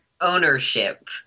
ownership